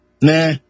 Nah